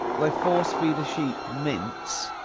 they force-feed a sheep mince,